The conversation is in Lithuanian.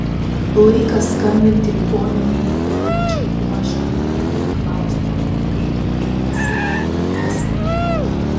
laikas skambinti ligoninėje budinčiai uošvei ir klausti kaip einasi gimdymas